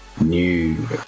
new